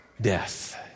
death